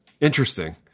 interesting